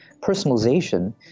personalization